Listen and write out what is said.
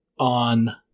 on